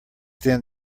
then